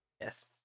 Yes